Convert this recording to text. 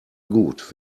gut